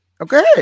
Okay